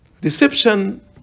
Deception